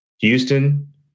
Houston